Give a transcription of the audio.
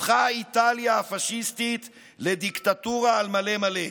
הפכה איטליה הפשיסטית לדיקטטורה על מלא מלא.